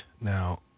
Now